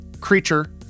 creature